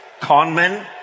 conmen